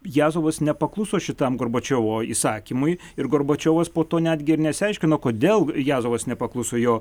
jazovas nepakluso šitam gorbačiovo įsakymui ir gorbačiovas po to netgi ir nesiaiškino kodėl jazovas nepakluso jo